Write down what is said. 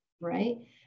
Right